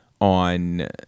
on